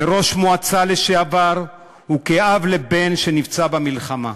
כראש מועצה לשעבר וכאב לבן שנפצע במלחמה.